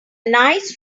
nice